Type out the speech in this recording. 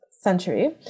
century